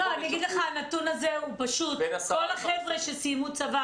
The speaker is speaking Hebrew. הנתון הזה הוא פשוט כל החבר'ה שסיימו צבא